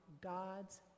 God's